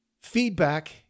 Feedback